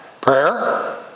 Prayer